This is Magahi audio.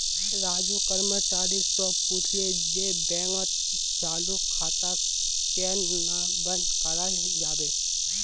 राजू कर्मचारी स पूछले जे बैंकत चालू खाताक केन न बंद कराल जाबे